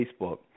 Facebook